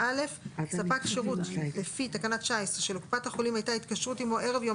(יא)ספק שירות לפי סעיף 19 שלקופת חולים הייתה התקשרות עמו ערב יום